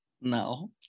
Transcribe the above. no